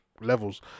levels